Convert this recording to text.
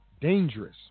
dangerous